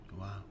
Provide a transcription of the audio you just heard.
Wow